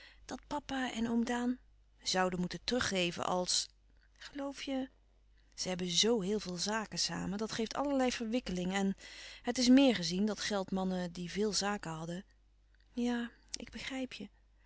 dat papa en oom daan zouden moeten teruggeven als geloof je ze hebben zoo heel veel zaken samen dat geeft allerlei verwikkeling en het is meer gezien dat geldmannen die veel zaken hadden ja ik begrijp je